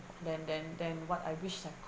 than than than what I wish I could